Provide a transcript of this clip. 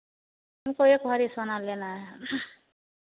हमको एक भरी सोना लेना है